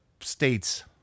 states